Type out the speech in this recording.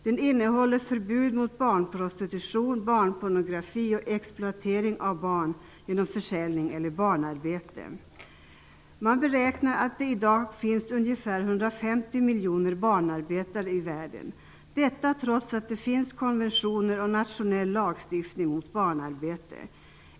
Den innehåller förbud mot barnprostitution, barnpornografi och exploatering av barn genom försäljning eller barnarbete. Man beräknar att det i dag finns ungefär 150 miljoner barnarbetare i världen, detta trots att det finns konventioner och nationell lagstiftning mot barnarbete.